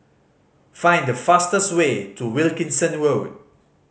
find the fastest way to Wilkinson Road